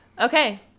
Okay